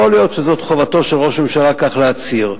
יכול להיות שזאת חובתו של ראש ממשלה להצהיר כך,